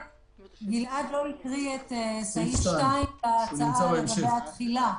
גלעד לא קרא את סעיף 2 להצעה לגבי התחילה.